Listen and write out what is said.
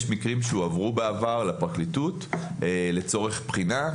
יש מקרים שהועברו בעבר לפרקליטות לצורך בחינה,